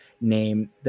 name